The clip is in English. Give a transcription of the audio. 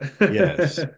Yes